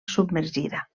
submergida